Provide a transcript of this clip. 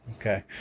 Okay